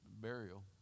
burial